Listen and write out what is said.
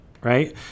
right